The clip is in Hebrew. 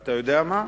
אתה יודע מה?